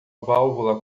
válvula